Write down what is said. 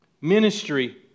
Ministry